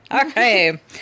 Okay